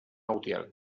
utiel